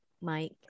Mike